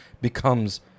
becomes